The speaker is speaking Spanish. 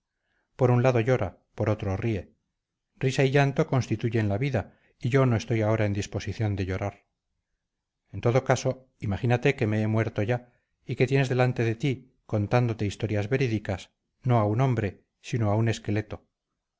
por un lado llora por otro ríe risa y llanto constituyen la vida y yo no estoy ahora en disposición de llorar en todo caso imagínate que me he muerto ya y que tienes delante de ti contándote historias verídicas no a un hombre sino a un esqueleto